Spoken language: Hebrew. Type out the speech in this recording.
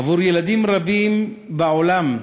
עבור ילדים רבים בעולם,